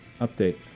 update